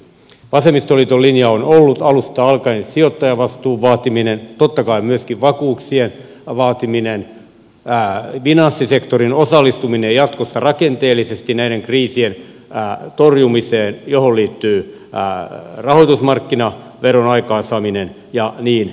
vasemmistoliiton linja on ollut alusta alkaen sijoittajavastuun vaatiminen totta kai myöskin vakuuksien vaatiminen finanssisektorin osallistuminen jatkossa rakenteellisesti näiden kriisien torjumiseen johon liittyy rahoitusmarkkinaveron aikaansaaminen ja niin edelleen